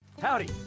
Howdy